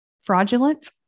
fraudulent